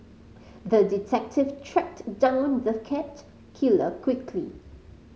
the detective tracked down the cat killer quickly